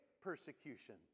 persecution